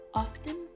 Often